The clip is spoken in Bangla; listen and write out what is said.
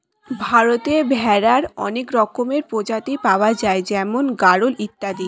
ভারতে ভেড়ার অনেক রকমের প্রজাতি পাওয়া যায় যেমন গাড়ল ইত্যাদি